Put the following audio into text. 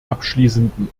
abschließenden